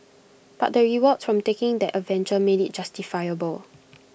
but the rewards from taking that adventure made IT justifiable